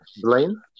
Blaine